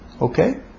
okay